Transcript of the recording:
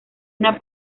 una